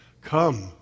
Come